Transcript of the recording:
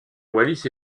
wallis